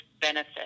benefit